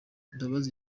mbabazi